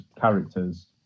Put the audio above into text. characters